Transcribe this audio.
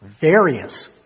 various